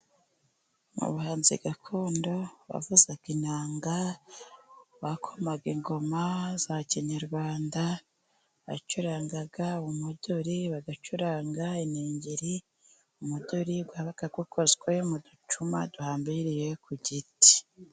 Mu bahanzi gakondo bavuzaga inanga, bakomaga ingoma za kinyarwanda, bacurangaga umuduri, bagacurangaga iningiri, umuduri wabaga ukozwe mu ducuma duhambiriye ku giti.